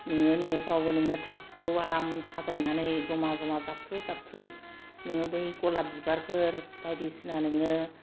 नोङो न'फ्रावबो नोङो टापखौ आराम साजायनानै जमा जमा जाबख्रु जाबख्रु नोङो बै गलाब बिबारफोर बायदिसिना नोङो